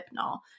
hypnol